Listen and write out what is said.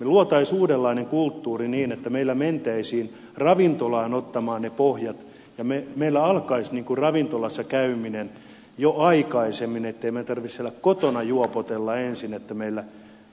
luotaisiin uudenlainen kulttuuri niin että meillä mentäisiin ravintolaan ottamaan ne pohjat ja meillä alkaisi ravintolassa käyminen jo aikaisemmin ettei meidän tarvitse siellä kotona juopotella ensin niin että